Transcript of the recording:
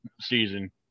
season